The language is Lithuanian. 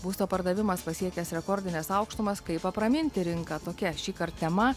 būsto pardavimas pasiekęs rekordines aukštumas kaip apraminti rinką tokia šįkart tema